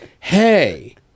hey